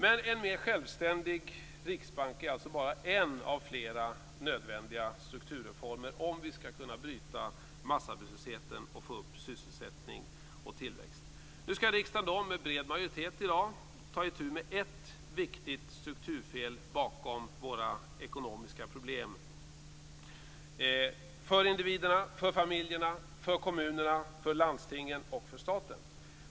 En mer självständig riksbank är alltså bara en av flera nödvändiga strukturreformer om vi skall kunna bryta massarbetslösheten och få upp sysselsättning och tillväxt. Riksdagen skall i dag med bred majoritet ta itu med ett viktigt strukturfel bakom våra ekonomiska problem för individerna, familjerna, kommunerna, landstingen och staten.